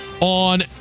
on